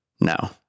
now